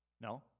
No